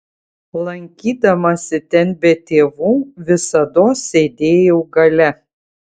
lankydamasi ten be tėvų visados sėdėjau gale